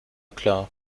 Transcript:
klar